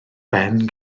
ben